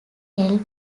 held